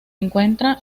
encuentra